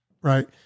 right